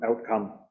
outcome